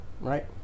Right